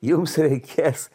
jums reikės